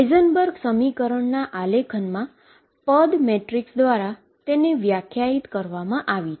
Heisenberg સમીકરણના આલેખનમાં પદ મેટ્રિસ દ્વારા વ્યાખ્યાયિત કરવામાં આવી છે